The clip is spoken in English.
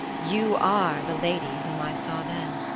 you are the lady whom i saw then.